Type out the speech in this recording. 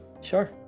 Sure